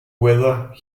whether